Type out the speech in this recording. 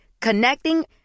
Connecting